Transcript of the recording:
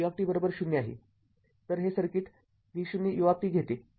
तरहे circuit v0 u घेते